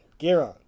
Giron